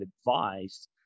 advice